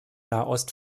nahost